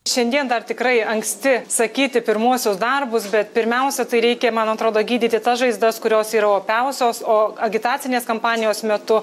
šiandien dar tikrai anksti sakyti pirmuosius darbus bet pirmiausia tai reikia man atrodo gydyti tas žaizdas kurios yra opiausios o agitacinės kampanijos metu